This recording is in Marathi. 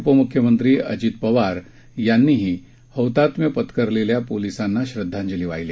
उपमुख्यमंत्री अजित पवार यांनीही हौतात्म्य पत्करलेल्या पोलिसांना श्रद्धांजली वाहिली